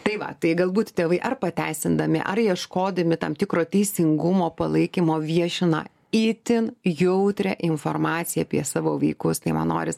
tai va tai galbūt tėvai ar pateisindami ar ieškodami tam tikro teisingumo palaikymo viešina itin jautrią informaciją apie savo vaikus tai man noris